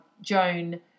Joan